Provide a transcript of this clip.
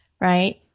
right